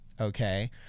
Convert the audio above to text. okay